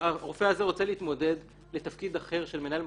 הרופא הזה רוצה להתמודד לתפקיד אחר של מנהל מחלקה,